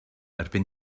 erbyn